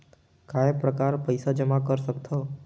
काय प्रकार पईसा जमा कर सकथव?